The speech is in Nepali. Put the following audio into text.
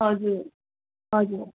हजुर हजुर